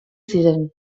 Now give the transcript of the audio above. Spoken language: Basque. ziren